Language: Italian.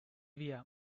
via